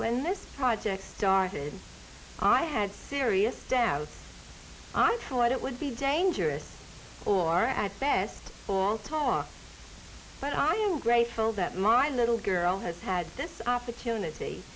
when this project started i had serious doubts on what it would be dangerous or at best for all talk but i am grateful that my little girl has had this opportunity